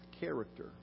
character